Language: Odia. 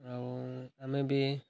ଆଉ ଆମେ ବି